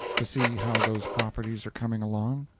to see how those properties are coming along?